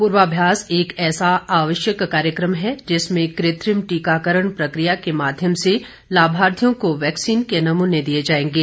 पूर्वाभ्यास एक ऐसा आवश्यक कार्यक्रम है जिसमें कृत्रिम टीकाकरण प्रकिया के माध्यम से लाभार्थियों को वैक्सीन के नमूने दिए जाएंगे